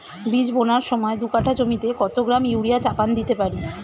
বীজ বোনার সময় দু কাঠা জমিতে কত গ্রাম ইউরিয়া চাপান দিতে পারি?